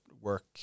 work